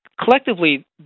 Collectively